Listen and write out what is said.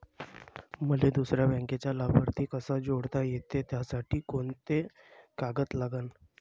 मले दुसऱ्या बँकेचा लाभार्थी कसा जोडता येते, त्यासाठी कोंते कागद लागन?